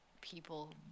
people